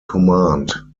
command